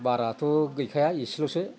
बाराथ' गैखाया एसेल'सो